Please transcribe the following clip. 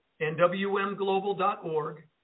nwmglobal.org